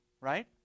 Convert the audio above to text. right